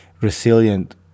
resilient